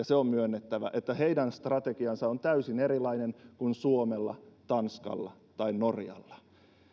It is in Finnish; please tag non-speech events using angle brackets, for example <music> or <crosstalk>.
<unintelligible> se on myönnettävä että heidän strategiansa on täysin erilainen kuin suomella tanskalla tai norjalla